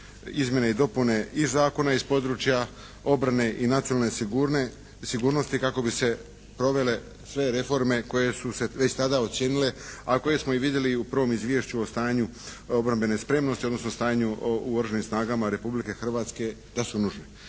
izmjene i dopune i zakona iz područje obrane i nacionalne sigurnosti kako bi se provele sve reforme koje su se već tada ocijenile, a koje smo i vidjeli u prvom izvješću o stanju obrambene spremnosti odnosno stanju u Oružanim snagama Republike Hrvatske da su nužni.